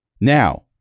Now